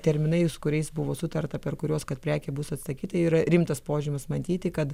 terminais kuriais buvo sutarta per kuriuos kad prekė bus atsakyta yra rimtas požymis matyti kad